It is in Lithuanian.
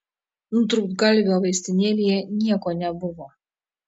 nutrūktgalvio vaistinėlėje nieko nebuvo